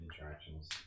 interactions